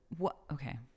Okay